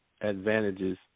advantages